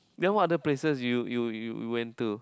then what other places you you you went to